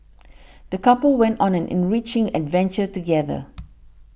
the couple went on an enriching adventure together